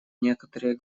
некоторые